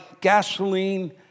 gasoline